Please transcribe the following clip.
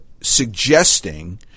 suggesting